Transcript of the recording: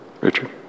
Richard